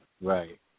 Right